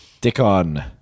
Dickon